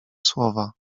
słowa